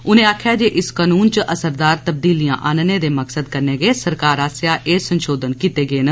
उनें आखेआ जे इस कानून च असरदार तब्दीलियां आह्नने दे मकसद कन्नै गै सरकार आसेआ एह् संशोधन कीते गे न